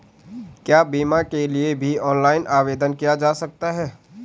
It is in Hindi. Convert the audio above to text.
क्या बीमा के लिए भी ऑनलाइन आवेदन किया जा सकता है?